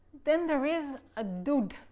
then there is a dud.